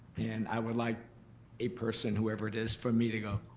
and i would like a person, whoever it is, for me to go,